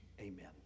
amen